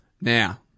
Now